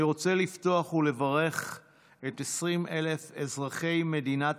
אני רוצה לפתוח ולברך את 20,000 אזרחי מדינת